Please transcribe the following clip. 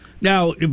Now